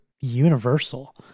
universal